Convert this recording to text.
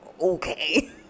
okay